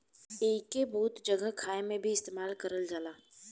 एइके बहुत जगह खाए मे भी इस्तेमाल करल जाला